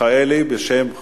אנחנו